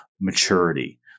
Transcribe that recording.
maturity